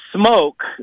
smoke